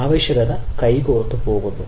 ആവശ്യകത കൈകോർത്തുപോകുന്നു